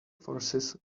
forces